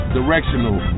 directional